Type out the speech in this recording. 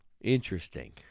Interesting